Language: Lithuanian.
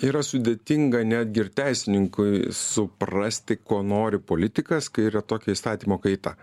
yra sudėtinga netgi ir teisininkui suprasti ko nori politikas kai yra tokia įstatymo kaita